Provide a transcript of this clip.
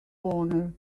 honor